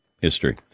history